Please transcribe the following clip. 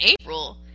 April